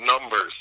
numbers